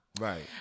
Right